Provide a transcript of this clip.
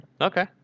okay